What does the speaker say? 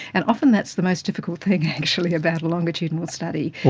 and often that's the most difficult thing actually about a longitudinal study,